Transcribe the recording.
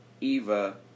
Eva